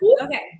Okay